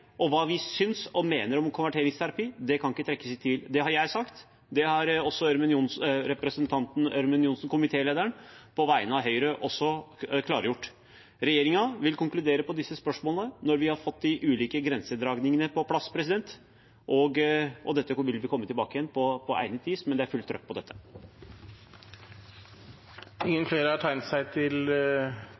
og hva vi synes og mener om konverteringsterapi, kan ikke trekkes i tvil. Det har jeg sagt. Det har også representanten Ørmen Johnsen, komitélederen, klargjort på vegne av Høyre. Regjeringen vil konkludere på disse spørsmålene når vi har fått de ulike grensedragningene på plass. Vi vil komme tilbake til det på egnet vis, men det er fullt trykk på dette. Flere har ikke bedt om ordet til